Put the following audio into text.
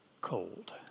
cold